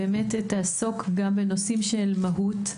באמת תעסוק גם בנושאים של מהות.